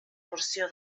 porció